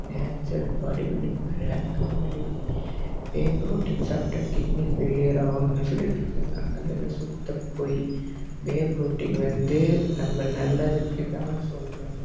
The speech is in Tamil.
நேச்சுரல் பாடி பில்டிங் வேறே அதேமாதிரி வே புரோட்டீன் சாப்பிட்டா கிட்னி ஃபெய்லியர் ஆகுன்னு சொல்லிகிட்டு இருக்காங்க அதெல்லாம் சுத்தப் பொய் வே புரோட்டீன் வந்து நம்ம நல்லதுக்குதான் சொல்கிறாங்க